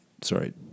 sorry